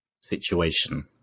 situation